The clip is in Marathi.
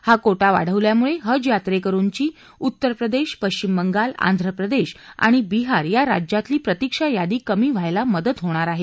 हा कोटा वाढवल्यामुळे हज यात्रेकरूंची उत्तर प्रदेश पश्विम बंगाल आंघ्र प्रदेश आणि बिहार या राज्यातली प्रतीक्षा यादी कमी व्हायला मदत होणार आहे